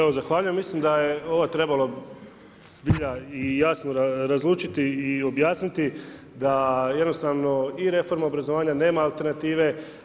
Evo zahvaljujem, mislim da je ovo trebalo zbilja i jasno razlučiti i objasniti da jednostavno i reforma obrazovanja nema alternative.